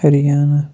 Haryana